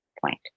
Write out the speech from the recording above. point